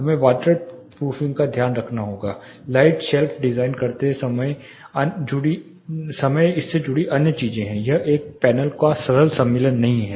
हमें waterproofing का ध्यान रखना होगा लाइट शेल्फ़ डिजाइन करते समय इससे जुड़ी अन्य चीजें हैं यह एक पैनल का सरल सम्मिलन नहीं है